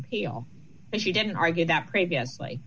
appeal and she didn't argue that previously